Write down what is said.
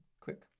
quick